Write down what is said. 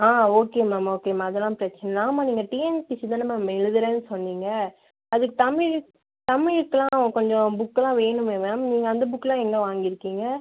ஆ okay ma'am okay ma'am அதலாம் கிடச்சிடும் ஆமாம் நீங்கள் டிஎன்பிஎஸ்சி தான மேம் எழுதுறேன்னு சொன்னீங்க அது தமிழ் தமிழுக்குலாம் கொஞ்சம் புக்லாம் வேணுமே மேம் நீங்கள் அந்த புக்லாம் எங்கே வாங்கிருக்கீங்க